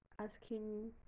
asking